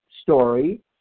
story